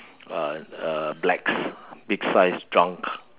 uh uh blacks big sized drunk